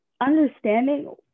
understanding